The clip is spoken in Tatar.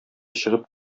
чыгып